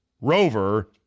Rover